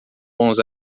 bons